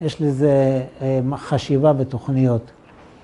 יש לזה חשיבה בתוכניות.